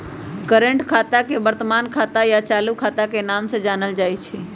current खाता के वर्तमान खाता या चालू खाता के नाम से जानल जाई छई